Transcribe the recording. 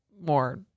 More